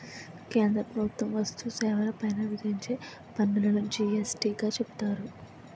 కేంద్ర ప్రభుత్వం వస్తు సేవల పైన విధించే పన్నులును జి యస్ టీ గా చెబుతారు